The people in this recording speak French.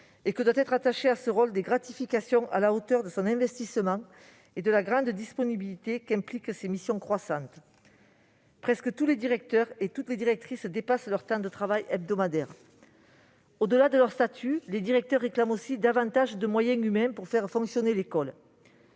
et que doivent être attachées à ce rôle des gratifications à la hauteur de son investissement et de la grande disponibilité qu'impliquent ses missions croissantes. En effet, presque tous les directeurs et directrices dépassent leur temps de travail hebdomadaire. Au-delà de leur statut, les directeurs réclament aussi davantage de moyens humains pour faire fonctionner l'école.